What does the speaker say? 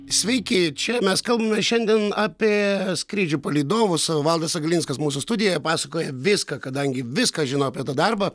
sveiki čia mes kalbame šiandien apie skrydžių palydovus valdas aglinskas mūsų studijoje pasakoja viską kadangi viską žino apie tą darbą